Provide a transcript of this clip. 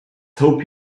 hope